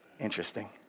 Interesting